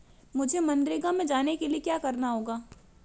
मुझे मनरेगा में जाने के लिए क्या करना होगा?